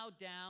down